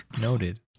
Noted